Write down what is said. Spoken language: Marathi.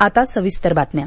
अमेरिका चीन